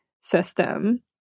system